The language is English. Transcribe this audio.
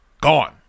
gone